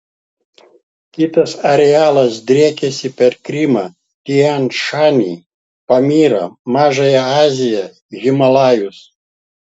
kitas arealas driekiasi per krymą tian šanį pamyrą mažąją aziją himalajus